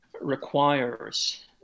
requires